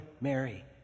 Mary